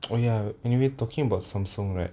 oh ya anyway talking about samsung right